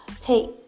take